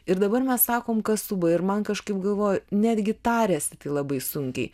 ir dabar mes sakom kasuba ir man kažkaip galvoju netgi tariasi tai labai sunkiai